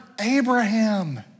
Abraham